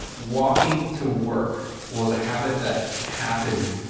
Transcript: walking to work was a habit that happened,